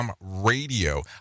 radio